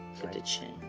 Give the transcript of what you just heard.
the chin.